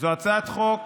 זאת הצעת חוק